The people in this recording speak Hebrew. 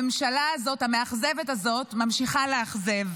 הממשלה המאכזבת הזאת ממשיכה לאכזב,